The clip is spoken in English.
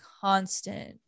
constant